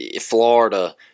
Florida